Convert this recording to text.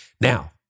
Now